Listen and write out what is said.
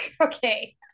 okay